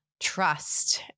trust